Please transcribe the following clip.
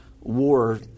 war